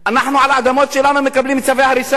אנחנו, על האדמות שלנו מקבלים צווי הריסה.